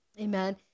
Amen